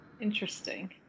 Interesting